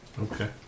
Okay